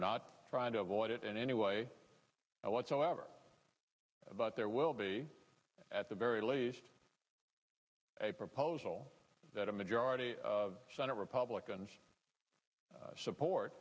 not trying to avoid it in any way whatsoever about there will be at the very least a proposal that a majority senate republicans support